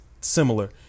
similar